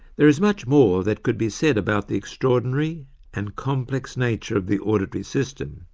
there is much more that could be said about the extraordinary and complex nature of the auditory system,